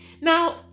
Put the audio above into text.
Now